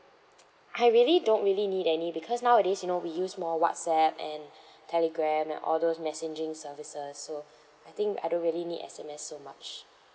I really don't really need any because nowadays you know we use more whatsapp and telegram and all those messaging services so I think I don't really need S_M_S so much